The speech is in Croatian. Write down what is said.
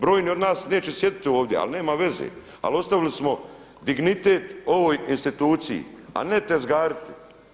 Brojni od nas neće sjediti ovdje, ali nema veze, ali ostavili smo dignitet ovoj instituciji, a ne tezgariti.